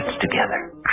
together